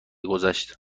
گذشت